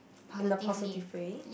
in a positive way